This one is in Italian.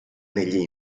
negli